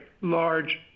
large